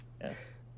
Yes